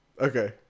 okay